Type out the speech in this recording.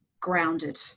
grounded